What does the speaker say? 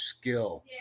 skill